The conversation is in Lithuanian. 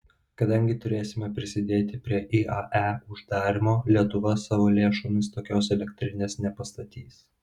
kadangi turėsime prisidėti prie iae uždarymo lietuva savo lėšomis tokios elektrinės nepastatys